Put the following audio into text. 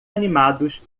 animados